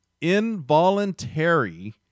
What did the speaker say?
involuntary